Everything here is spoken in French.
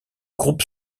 groupe